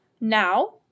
now